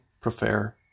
prefer